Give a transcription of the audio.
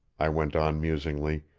i went on musingly,